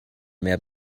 mehr